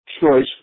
choice